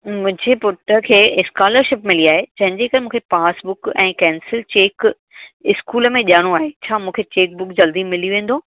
मुंहिंजे पुट खे इस्कॉलरशिप मिली आहे जंहिंजी त मूंखे पासबुक ऐं कैंसिल चेक इस्कूल में ॾियणो आहे छा मूंखे चेक बुक जल्दी मिली वेंदो